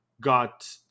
got